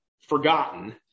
forgotten